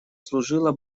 служила